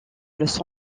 los